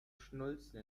schnulzen